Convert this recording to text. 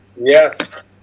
Yes